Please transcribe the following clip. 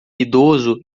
idoso